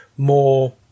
More